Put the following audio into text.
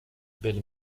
belle